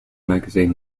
magazine